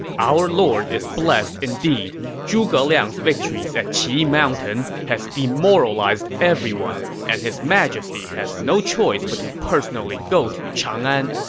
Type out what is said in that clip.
our lord is blessed indeed. zhuge liang's victories at qi mountain has demoralized everyone, and his majesty has no choice but to personally go to chang'an.